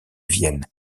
vienne